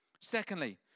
Secondly